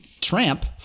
Tramp